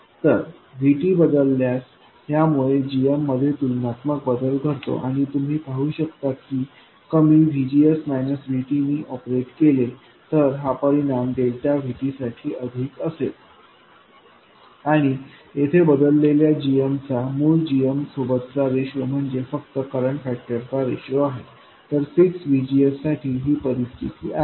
तर VTबदलल्यास ह्या मुळे gmमध्ये तुलनात्मक बदल घडतो आणि तुम्ही पाहु शकता की कमी नी ऑपरेट केले तर हा परिणाम डेल्टा VT साठी अधिक असेल आणि येथे बदललेल्या gmचा मूळ gmसोबतचा रेशो म्हणजे फक्त करंट फॅक्टर चा रेशो आहे तर फिक्स VGS साठी ही परिस्थिती आहे